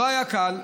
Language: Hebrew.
לא היה קל,